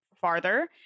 farther